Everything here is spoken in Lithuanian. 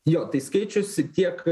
jo tai skaičius tiek